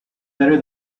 better